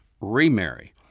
remarry